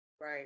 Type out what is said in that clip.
right